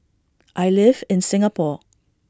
I live in Singapore